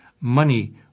money